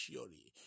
Surely